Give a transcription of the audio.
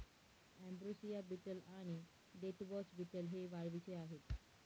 ambrosia beetle आणि deathwatch beetle हे वाळवीचे आहेत